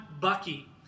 Bucky